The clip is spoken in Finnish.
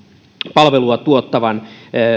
palvelua tuottavan